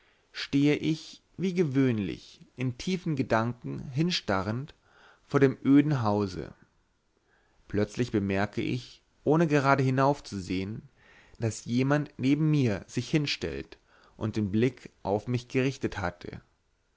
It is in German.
stehe ich wie gewöhnlich in tiefen gedanken hinstarrend vor dem öden hause plötzlich bemerke ich ohne gerade hinzusehen daß jemand neben mir sich hingestellt und den blick auf mich gerichtet hatte